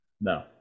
No